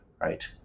right